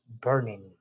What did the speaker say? burning